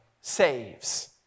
saves